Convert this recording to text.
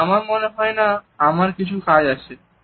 না আমার মনে হয় না আমার কিছু কাজ আছে